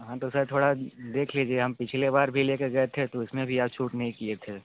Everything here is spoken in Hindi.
हाँ तो सर थोड़ा देख लीजिए हम पिछले बार भी ले कर गए थे तो इसमें भी आप छूट नहीं किए थे